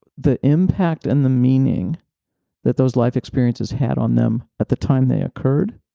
the impact and the meaning that those life experiences had on them at the time they occurred